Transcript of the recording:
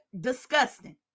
disgusting